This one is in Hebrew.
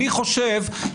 לדעתי,